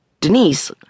Denise